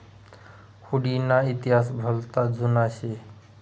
हुडी ना इतिहास भलता जुना शे